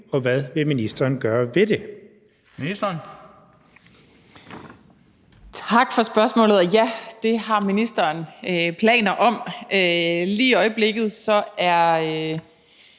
og forskningsministeren (Ane Halsboe-Jørgensen): Tak for spørgsmålet. Ja, det har ministeren planer om. Lige i øjeblikket er